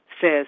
says